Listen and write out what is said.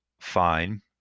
fine